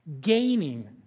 gaining